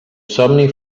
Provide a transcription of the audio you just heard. somni